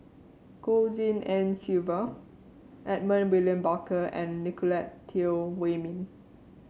Goh Tshin En Sylvia Edmund William Barker and Nicolette Teo Wei Min